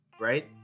right